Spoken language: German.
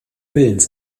willens